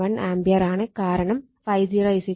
471 ampere ആണ് കാരണം ∅0 70